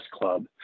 club